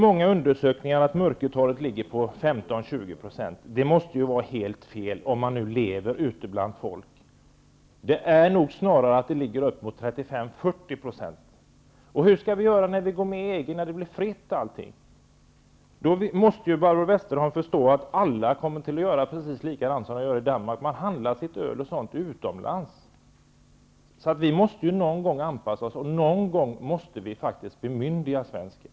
Många undersökningar säger att mörkertalet ligger på 15--20 %. Om man lever ute bland folk inser man att det måste vara helt fel. Det ligger nog snarare på uppemot 35--40 %. Hur skall vi göra när vi går med i EG och allting blir fritt? Barbro Westerholm måste ju förstå att alla då kommer att göra precis som man gör i Danmark, nämligen handla sitt öl utomlands. Vi måste ju någon gång anpassa oss, och någon gång måste vi faktiskt bemyndiga svensken.